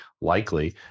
likely